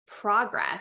progress